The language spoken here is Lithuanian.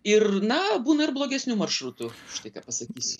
ir na būna ir blogesnių maršrutų štai ką pasakysiu